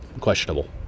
questionable